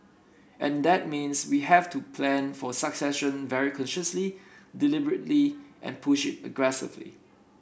and that means we have to plan for succession very consciously deliberately and push it aggressively